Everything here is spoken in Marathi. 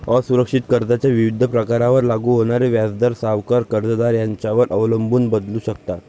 असुरक्षित कर्जाच्या विविध प्रकारांवर लागू होणारे व्याजदर सावकार, कर्जदार यांच्यावर अवलंबून बदलू शकतात